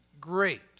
great